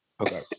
Okay